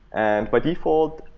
and by default,